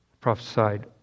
prophesied